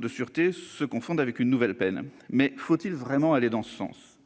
de sûreté ne se confondent avec une nouvelle peine. Faut-il vraiment aller dans ce sens ?